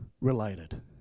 related